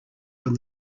from